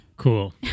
Cool